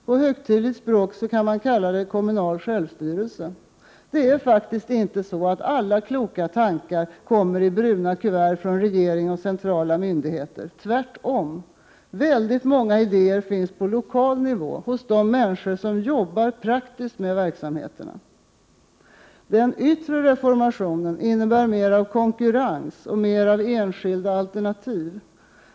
På högtidligt språk kallas det kommunal självstyrelse. Alla kloka tankar kommer faktiskt inte i bruna kuvert från regering och centrala myndigheter — tvärtom. Väldigt många idéer finns på lokal nivå, hos de människor som jobbar praktiskt med verksamheterna. Den yttre reformationen innebär mer av konkurrens och mer av enskilda alternativ.